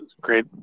Great